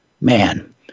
Man